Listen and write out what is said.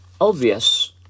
Obvious